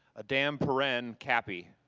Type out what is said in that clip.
a-damn-paren-cappi.